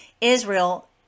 Israel